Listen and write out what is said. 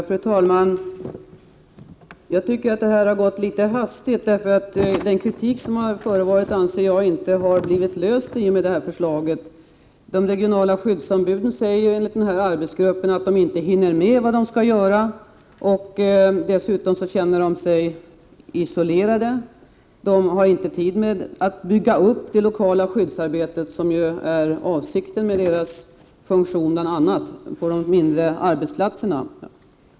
Fru talman! Jag tycker att det här har gått litet för hastigt. Den kritik som har kommit till uttryck anser jag inte har blivit uppmärksammad i det här förslaget. Enligt arbetsgruppen säger de regionala skyddsombuden att de inte hinner med vad de skall göra. Dessutom känner de sig isolerade. De har inte tid att bygga upp det lokala skyddsarbetet, som bl.a. är avsikten med deras funktion på de mindre arbetsplatserna.